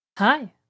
Hi